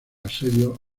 asedio